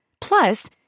Plus